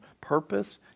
purpose